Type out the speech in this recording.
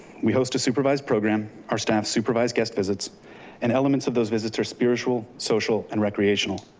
we host a supervised program. our staff supervise guest visits and elements of those visits are spiritual, social, and recreational.